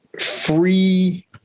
free